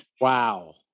Wow